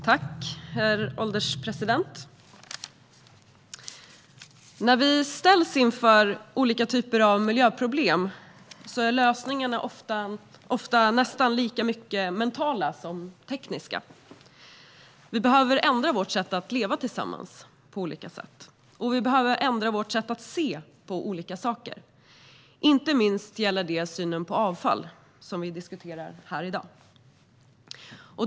Herr ålderspresident! När vi ställs inför olika typer av miljöproblem är lösningarna ofta nästan lika mycket mentala som de är tekniska. Vi behöver ändra vårt sätt att leva tillsammans på olika sätt, och vi behöver ändra vårt sätt att se på olika saker. Inte minst gäller detta synen på avfall, som vi diskuterar nu.